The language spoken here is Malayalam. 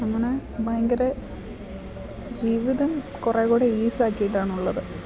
അങ്ങനെ ഭയങ്കര ജീവിതം കുറെ കൂടെ ഈസാക്കിട്ടാണ് ഉള്ളത്